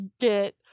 get